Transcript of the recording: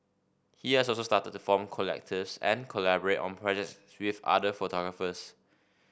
he has also started to form collectives and collaborate on projects with other photographers